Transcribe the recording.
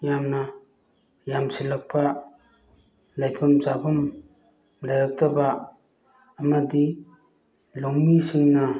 ꯌꯥꯝꯅ ꯌꯥꯝꯁꯤꯜꯂꯛꯄ ꯂꯩꯐꯝ ꯆꯥꯐꯝ ꯂꯩꯔꯛꯇꯕ ꯑꯃꯗꯤ ꯂꯧꯃꯤꯁꯤꯡꯅ